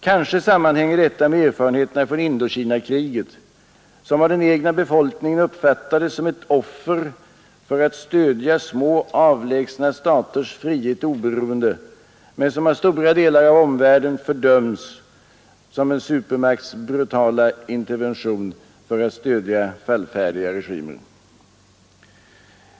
Kanske sammanhänger detta med erfarenheterna från Indokinakriget, som av den egna befolkningen uppfattades som ett offer för att stödja små avlägsna staters frihet och oberoende men som av stora delar av omvärlden fördöms som en supermakts brutala intervention för att stödja fallfärdiga regimer.